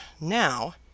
now—